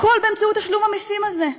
הכול באמצעות תשלום המסים הזה.